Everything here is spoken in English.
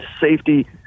safety